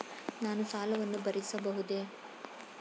ನಾನು ಸಾಲವನ್ನು ಭರಿಸಬಹುದೇ?